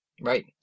Right